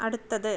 അടുത്തത്